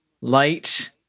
light